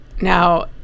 Now